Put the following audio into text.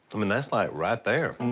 i mean, that's like right there.